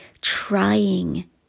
trying